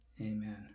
amen